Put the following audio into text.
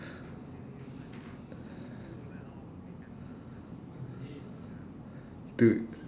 dude